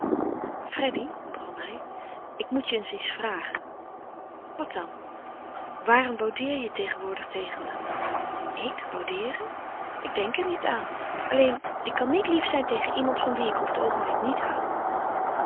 freddy begon hij ik moet je eens iets vragen wat dan waarom boudeer je tegenwoordig tegen me ik boudeeren ik denk er niet aan alleen kan ik niet lief zijn tegen iemand van wien ik op het oogenblik niet hou